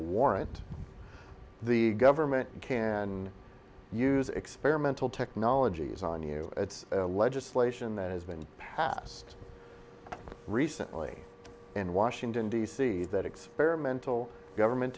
warrant the government can use experimental technologies on you it's legislation that has been passed recently in washington d c that experimental government